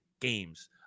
games